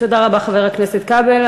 תודה רבה, חבר הכנסת כבל.